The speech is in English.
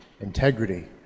integrity